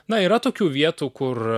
na yra tokių vietų kur